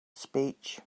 speech